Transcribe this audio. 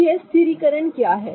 तो यह स्थिरीकरण क्या है